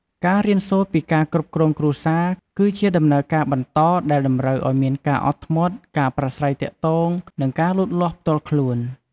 ការរៀនសូត្រពីការគ្រប់គ្រងគ្រួសារ គឺជាដំណើរការបន្តដែលតម្រូវឱ្យមានការអត់ធ្មត់ ការប្រាស្រ័យទាក់ទង និងការលូតលាស់ផ្ទាល់ខ្លួន។